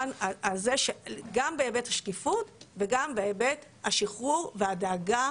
גם בהיבט השקיפות וגם בהיבט השחרור והדאגה